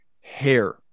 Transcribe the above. hair